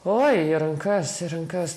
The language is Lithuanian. o į rankas ir rankas